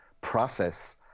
process